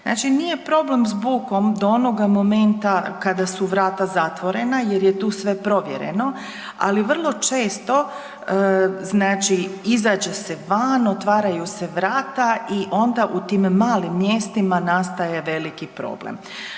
Znači nije problem s bukom do onoga momenta kada su vrata zatvorena jer je tu sve provjereno. Ali, vrlo često, znači, izađe se van, otvaraju se vrata i onda u tim malim mjestima nastaje veliki problem.